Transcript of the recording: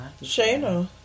Shayna